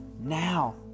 now